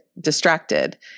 distracted